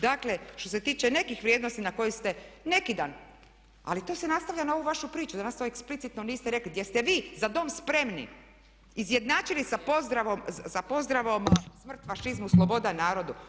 Dakle, što se tiče nekih vrijednosti na koje ste neki dan, ali to se nastavlja na ovu vašu priču, danas to eksplicitno niste rekli gdje ste vi „za dom spremni“ izjednačili sa pozdravom „smrt fašizmu sloboda narodu“